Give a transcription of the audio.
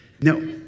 No